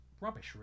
rubbish